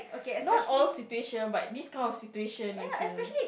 not all situation but this kind of situation I feel